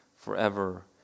forever